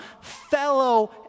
fellow